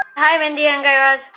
ah hi, mindy and